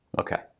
okay